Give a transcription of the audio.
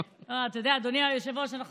אתה יודע, אדוני היושב-ראש, אנחנו